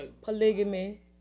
polygamy